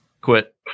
quit